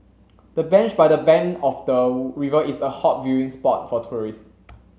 the bench by the bank of the river is a hot viewing spot for tourists